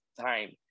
time